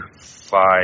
five